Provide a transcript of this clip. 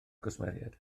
gwsmeriaid